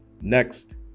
Next